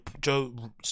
Joe